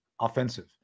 offensive